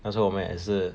那时候我们也是